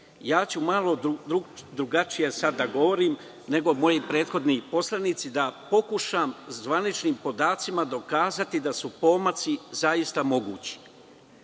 malo drugačije ću da govorim nego moji prethodnici, da pokušam zvaničnim podacima da dokažem da su pomaci zaista mogući.